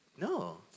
No